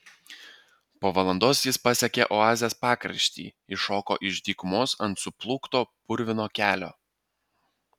po valandos jis pasiekė oazės pakraštį iššoko iš dykumos ant suplūkto purvino kelio